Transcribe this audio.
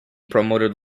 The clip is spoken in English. promoted